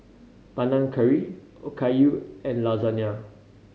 Panang Curry Okayu and Lasagne